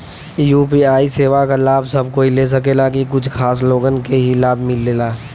UPI सेवा क लाभ सब कोई ले सकेला की कुछ खास लोगन के ई लाभ मिलेला?